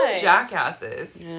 jackasses